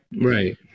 right